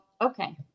okay